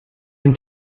den